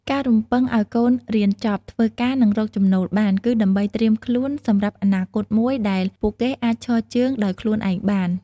ការរំពឹងឲ្យកូនរៀនចប់ ធ្វើការ និងរកចំណូលបាន គឺដើម្បីត្រៀមខ្លួនសម្រាប់អនាគតមួយដែលពួកគេអាចឈរជើងដោយខ្លួនឯងបាន។